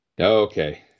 Okay